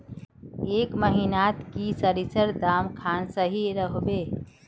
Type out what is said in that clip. ए महीनात की सरिसर दाम खान सही रोहवे?